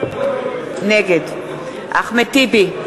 נגד אחמד טיבי,